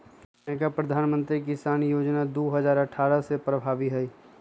नयका प्रधानमंत्री किसान जोजना दू हजार अट्ठारह से प्रभाबी हइ